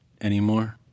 anymore